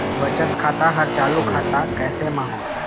बचत खाता हर चालू खाता कैसे म होही?